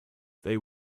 they